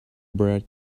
brad